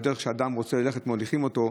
בדרך שאדם רוצה ללכת מוליכים אותו.